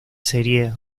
serie